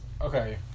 Okay